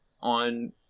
on